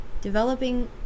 developing